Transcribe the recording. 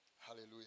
Hallelujah